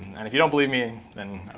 and if you don't believe me, then